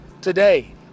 Today